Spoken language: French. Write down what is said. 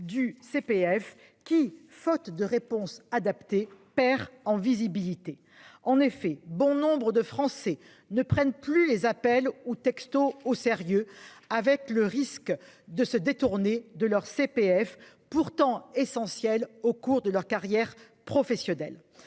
du CPF qui, faute de réponses adaptée perd en visibilité. En effet, bon nombre de Français ne prennent plus les appels ou textos au sérieux avec le risque de se détourner de leur CPF pourtant essentiel au cours de leur carrière professionnelle